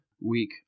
week